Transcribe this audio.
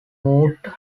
moved